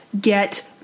get